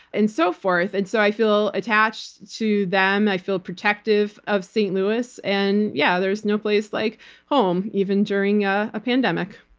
and so forth. and so i feel attached to them, i feel protective of st. louis. and yeah, there's no place like home, even during a pandemic.